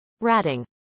ratting